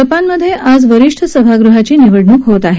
जपानमध्ये आज वरिष्ठ सभागृहाची निवडणूक होत आहे